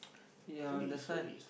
ya that's why